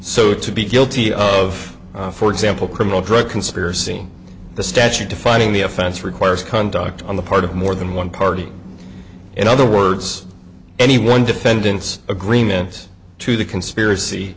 so to be guilty of for example criminal drug conspiracy the statute defining the offense requires conduct on the part of more than one party in other words any one defendant's agreement to the conspiracy